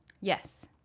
Yes